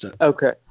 Okay